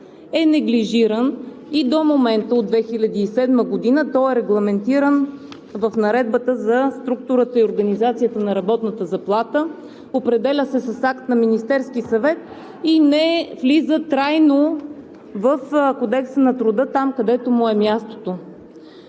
е неглижиран и до момента. От 2007 г. той е регламентиран в Наредбата за структурата и организацията на работната заплата. Определя се с акт на Министерския съвет и не влиза трайно в Кодекса на труда – там, където му е мястото.